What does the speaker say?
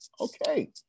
Okay